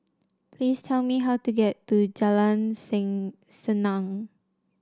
please tell me how to get to Jalan Sen Senang